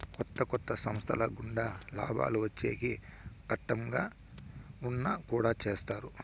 కొత్త కొత్త సంస్థల గుండా లాభాలు వచ్చేకి కట్టంగా ఉన్నా కుడా చేత్తారు